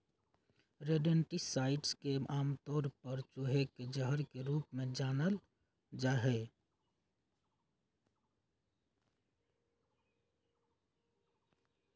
rodenticides के आमतौर पर चूहे के जहर के रूप में जानल जा हई